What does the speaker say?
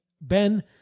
Ben